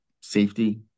safety